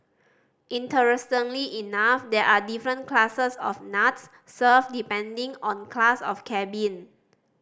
interestingly enough there are different classes of nuts served depending on class of cabin